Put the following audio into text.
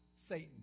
Satan